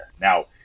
Now